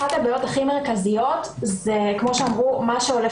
אחת הבעיות הכי מרכזיות זה כמו שאמרו,